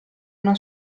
una